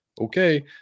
okay